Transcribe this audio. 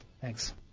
Thanks